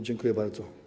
Dziękuję bardzo.